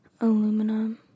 Aluminum